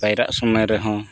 ᱯᱟᱭᱨᱟᱜ ᱥᱚᱢᱚᱭ ᱨᱮᱦᱚᱸ